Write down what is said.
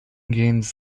gains